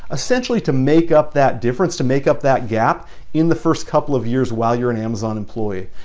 essentially to make up that difference to make up that gap in the first couple of years while you're an amazon employee.